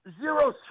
zero